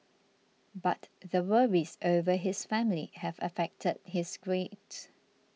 but the worries over his family have affected his grades